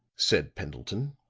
said pendleton.